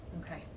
Okay